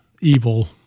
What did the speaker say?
evil